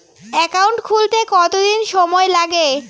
Account খুলতে কতদিন সময় লাগে?